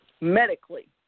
medically